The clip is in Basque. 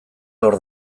hor